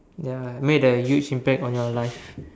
ya made a huge impact on your life